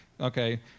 Okay